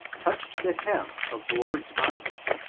touched the hem of the lord's garment,